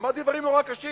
אמרתי דברים מאוד קשים,